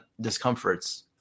discomforts